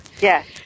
Yes